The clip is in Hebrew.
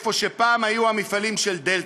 במקום שפעם היו המפעלים של "דלתא".